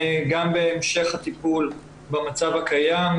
גם בהמשך הטיפול במצב הקיים,